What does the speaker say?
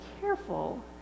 careful